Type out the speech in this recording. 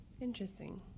Interesting